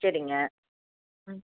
சரிங்க ம்